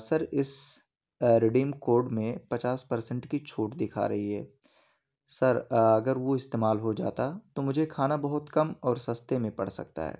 سر اس redeem code میں پچاس پرسنٹ کی چھوٹ دکھا رہی ہے سر اگر وہ استعمال ہو جاتا تو مجھے کھانا بہت کم اور سستے میں پڑ سکتا ہے